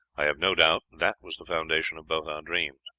i have no doubt that was the foundation of both our dreams.